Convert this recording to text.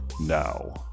now